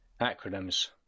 Acronyms